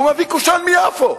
הוא מביא קושאן מיפו.